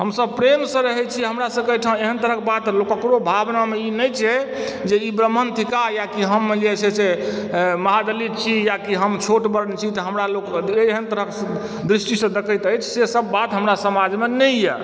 हमसभ प्रेमसँ रहैत छी हमरासभके ओइठाँ एहन तरहके बात ककरो भावनामे ई नहि छै जे ई ब्राह्मण थिकाह या कि हम जे छै से महादलित छी या कि हम छोट वर्ण छी तऽ हमरा लोक एहन तरहक दृष्टिसँ देखैत अछि से सभ बात हमरा समाजमे नहि यए